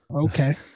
Okay